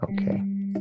Okay